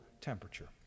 temperature